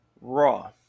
Raw